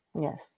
Yes